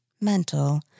mental